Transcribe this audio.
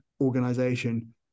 organization